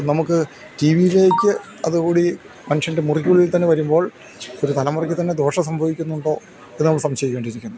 നമുക്ക് ടി വിയിലേക്ക് അതും കൂടി മനുഷ്യൻ്റെ മുറിക്കുള്ളിൽത്തന്നെ വരുമ്പോൾ ഒരു തലമുറയ്ക്ക് തന്നെ ദോഷം സംഭവിക്കുന്നുണ്ടോയെന്ന് നമ്മൾ സംശയിക്കേണ്ടിയിരിക്കുന്നു